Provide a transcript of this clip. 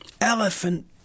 elephant